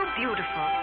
beautiful